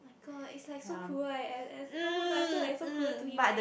my god it's like so cruel eh I feel like it's so cruel to him eh